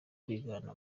kwigana